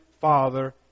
Father